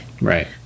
right